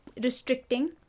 restricting